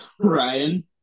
Ryan